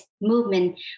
movement